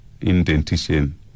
indentation